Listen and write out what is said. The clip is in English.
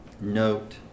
note